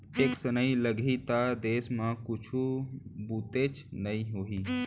tax नइ लगाही त देस म कुछु बुतेच नइ होही